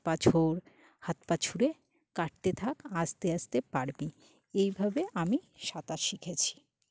হাত পা ছোঁড় হাত পা ছুঁড়ে কাটতে থাক আস্তে আস্তে পারবি এইভাবে আমি সাঁতার শিখেছি